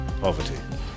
poverty